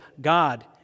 God